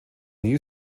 you